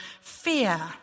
fear